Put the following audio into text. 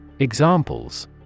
Examples